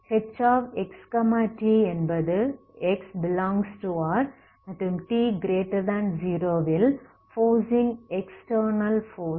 hxtஎன்பது x∈R மற்றும் t0 ல் forcing external force